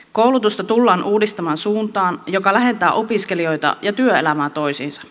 koulutusta tullaan uudistamaan suuntaan joka lähentää opiskelijoita ja työelämää toisiinsa